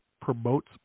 promotes